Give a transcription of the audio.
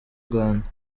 rwanda